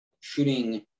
shooting